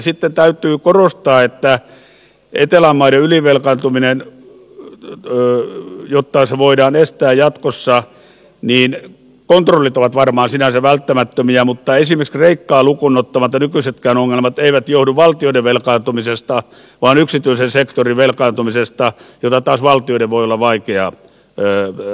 sitten täytyy korostaa että jotta etelän maiden ylivelkaantuminen voidaan estää jatkossa kontrollit ovat varmaan sinänsä välttämättömiä mutta esimerkiksi kreikkaa lukuun ottamatta nykyisetkään ongelmat eivät johdu valtioiden velkaantumisesta vaan yksityisen sektorin velkaantumisesta jota taas valtioiden voi olla vaikea rajoittaa